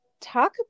talk